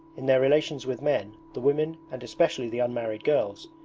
in their relations with men the women, and especially the unmarried girls,